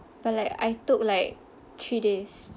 but like I took like three days